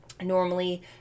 normally